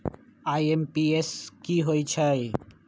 IMPS की होईछइ?